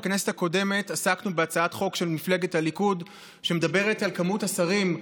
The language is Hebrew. בכנסת הקודמת עסקנו בהצעת חוק של מפלגת הליכוד שמדברת על כמות השרים,